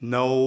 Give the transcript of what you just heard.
no